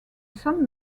some